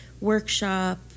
workshop